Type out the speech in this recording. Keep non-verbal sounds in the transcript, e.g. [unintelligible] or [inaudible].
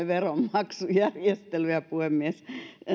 [unintelligible] veronmaksujärjestelyjä puhemies